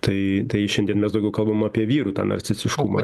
tai tai šiandien mes daugiau kalbam apie vyrų tą narcistiškumą